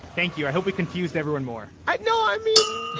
thank you. i hope we confused everyone more i know i mean,